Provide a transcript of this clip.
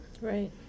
Right